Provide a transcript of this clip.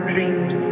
Dreams